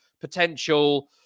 potential